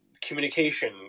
communication